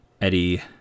eddie